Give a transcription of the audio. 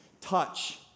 touch